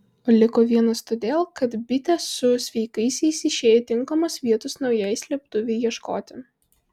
o liko vienas todėl kad bitė su sveikaisiais išėjo tinkamos vietos naujai slėptuvei ieškoti